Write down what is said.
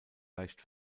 leicht